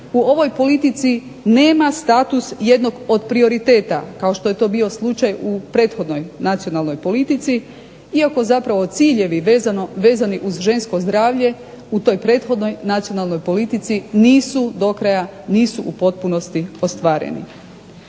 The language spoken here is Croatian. u ovoj politici nema status jednog od prioriteta kao što je to bio slučaj u prethodnoj nacionalnoj politici, iako zapravo ciljevi vezani uz žensko zdravlje u toj prethodnoj nacionalnoj politici nisu do kraja, nisu u potpunosti ostvareni.